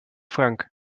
frank